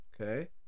Okay